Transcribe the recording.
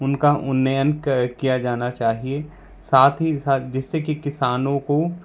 उनका उन्नयन किया जाना चाहिए साथ ही साथ जिससे कि किसानों को